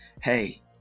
hey